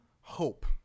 hope